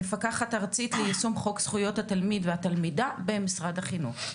מפקחת ארצית ליישום חוק זכויות התלמיד והתלמידה במשרד החינוך,